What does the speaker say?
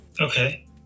Okay